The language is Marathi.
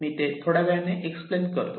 मी ते थोड्यावेळाने ने एक्सप्लेन करतो